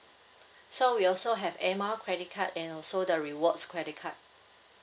so we also have air mile credit card and also the rewards credit card